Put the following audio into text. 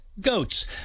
goats